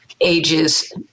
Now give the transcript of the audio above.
ages